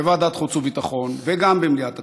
בוועדת החוץ והביטחון וגם במליאת הכנסת,